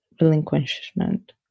relinquishment